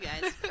guys